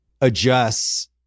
adjusts